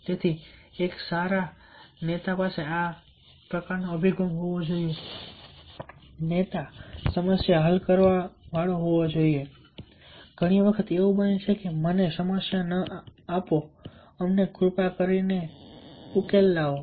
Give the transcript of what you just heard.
તેથી એક સારા નેતા પાસે આ પ્રકારનો અભિગમ હોવો જોઈએ તે સમસ્યા હલ કરનાર હોવો જોઈએ ઘણી વખત એવું બને છે કે મને સમસ્યા ન આપોઅને કૃપા કરીને મને ઉકેલ લાવો